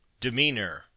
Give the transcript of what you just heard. Demeanor